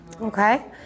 okay